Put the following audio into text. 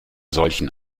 solchen